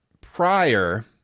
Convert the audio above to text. prior